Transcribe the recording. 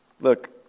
Look